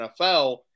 NFL